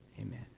Amen